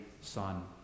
Son